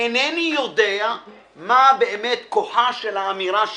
אינני יודע מה באמת כוחה של האמירה שלי,